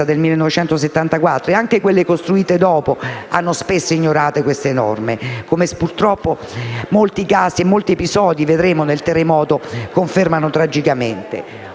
del 1974 e anche quelle costruite dopo hanno spesso ignorato queste norme, come purtroppo molti casi di edifici colpiti dal terremoto confermano tragicamente.